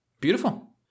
Beautiful